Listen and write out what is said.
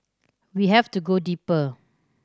we have to go deeper